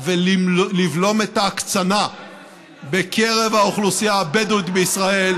ולבלום את ההקצנה בקרב האוכלוסייה הבדואית בישראל,